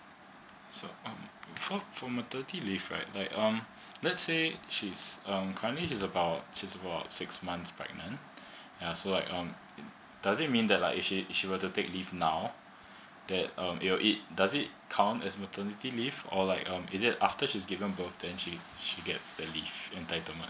so um so for maternity leave right that um let's say she's um currently she is about she is about six months pregnant ya so like um does it mean that like she she were to take leave now that uh it does it count as maternity leave or like um is it after she's given birth then she she gets the leave entitlement